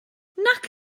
nac